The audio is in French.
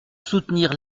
soutenir